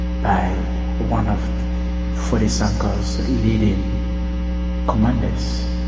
by one of foday sankoh's leading commanders,